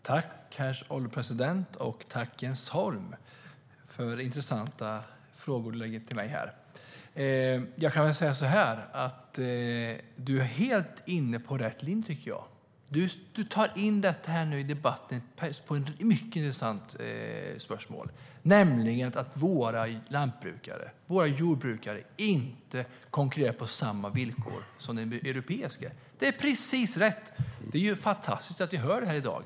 Herr ålderspresident! Tack, Jens Holm, för de intressanta frågor som du ställer till mig här. Du är helt inne på rätt linje, tycker jag. Du för in debatten på ett mycket intressant spörsmål, nämligen att våra jordbrukare inte konkurrerar på samma villkor som de europeiska. Det är precis rätt. Det är fantastiskt att vi hör det här i dag.